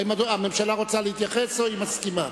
האם הממשלה רוצה להתייחס או היא מסכימה?